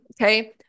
Okay